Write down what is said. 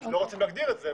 כי לא רוצים להגדיר את זה,